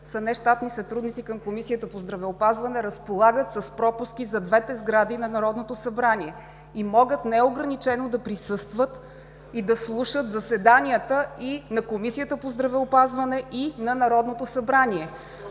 са нещатни сътрудници към Комисията по здравеопазване. Разполагат с пропуски за двете сгради на Народното събрание и могат неограничено да присъстват и да слушат заседанията и на Комисията по здравеопазване, и на Народното събрание,